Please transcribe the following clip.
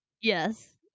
yes